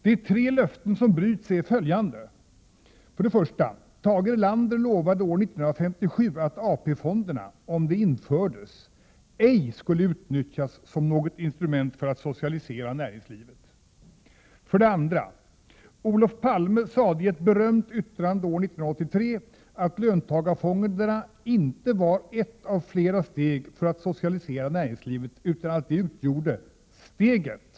De tre löften som bryts är följande: 1. Tage Erlander lovade år 1957 att AP-fonderna, om de infördes, ej skulle utnyttjas som något instrument för att socialisera näringslivet. 2. Olof Palme sade i ett berömt yttrande år 1983, att löntagarfonderna inte var ett av flera steg för att socialisera näringslivet utan att de utgjorde ”steget”.